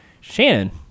Shannon